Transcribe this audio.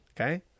Okay